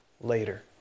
later